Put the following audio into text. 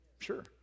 Sure